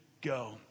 go